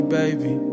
baby